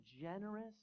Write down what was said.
generous